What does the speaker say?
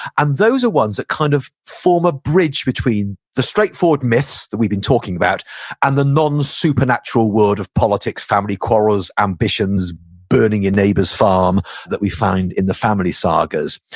and those are ones that kind of form a bridge between the straightforward myths that we've been talking about and the non-supernatural world of politics, family quarrels, ambitions, burning your neighbor's farm, that we find in the family sagas.